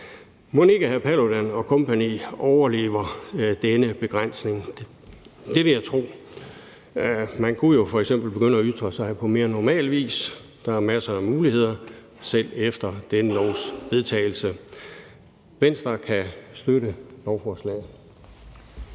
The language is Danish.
Mon ikke hr. Paludan og kompagni overlever denne begrænsning? Det vil jeg tro. Man kunne jo f.eks. begynde at ytre sig på mere normal vis. Der er masser af muligheder – selv efter dette lovforslags vedtagelse. Venstre kan støtte lovforslaget.